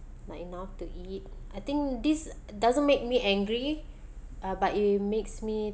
not enough to eat I think this doesn't make me angry uh but it makes me